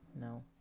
No